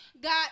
got